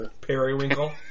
periwinkle